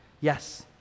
Yes